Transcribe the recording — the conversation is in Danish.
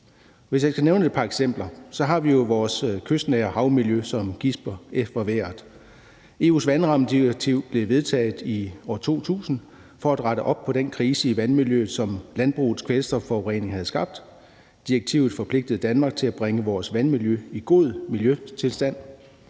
Hvis jeg skal nævne et par eksempler, har vi jo vores kystnære havmiljø, som gisper efter vejret. EU's vandrammedirektiv blev vedtaget i år 2000 for at rette op på den krise i vandmiljøet, som landbrugets kvælstofforurening havde skabt. Direktivet forpligtede Danmark til at bringe sit vandmiljø i god miljøtilstand,